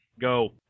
go